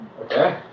Okay